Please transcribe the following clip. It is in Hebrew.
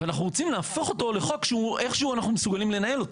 ואנחנו רוצים להפוך אותו לחוק שהוא איכשהו אנחנו מסוגלים לנהל אותו.